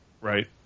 right